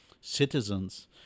citizens